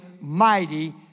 mighty